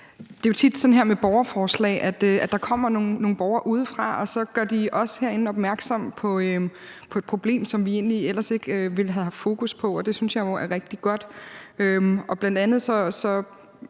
det jo tit er sådan med borgerforslag, at der kommer nogle borgere udefra, og at de så gør os herinde opmærksom på et problem, som vi egentlig ellers ikke ville have haft fokus på, og det synes jeg jo er rigtig godt.